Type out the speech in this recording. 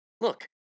look